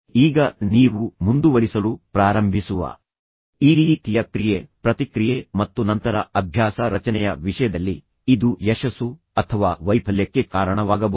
ಈಗ ನೀವು ಮುಂದುವರಿಸಲು ಪ್ರಾರಂಭಿಸುವ ಈ ರೀತಿಯ ಕ್ರಿಯೆ ಪ್ರತಿಕ್ರಿಯೆ ಮತ್ತು ನಂತರ ಅಭ್ಯಾಸ ರಚನೆಯ ವಿಷಯದಲ್ಲಿ ಇದು ಯಶಸ್ಸು ಅಥವಾ ವೈಫಲ್ಯಕ್ಕೆ ಕಾರಣವಾಗಬಹುದು